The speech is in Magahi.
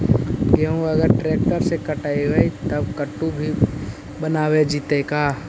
गेहूं अगर ट्रैक्टर से कटबइबै तब कटु भी बनाबे जितै का?